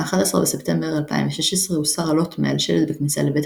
ב-11 בספטמבר 2016 הוסר הלוט מעל שלט בכניסה ל"בית